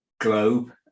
globe